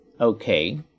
Okay